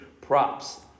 Props